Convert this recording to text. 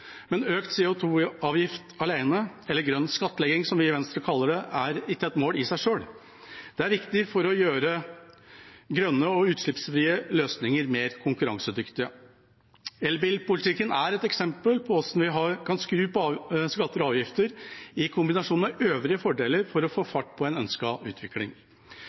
Men økt CO 2 -avgift alene, eller grønn skattlegging, som vi i Venstre kaller det, er ikke et mål i seg selv. Det er viktig for å gjøre grønne og utslippsfrie løsninger mer konkurransedyktige. Elbilpolitikken er et eksempel på hvordan vi kan skru på skatter og avgifter i kombinasjon med øvrige fordeler for å få fart på en ønsket utvikling.